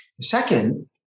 Second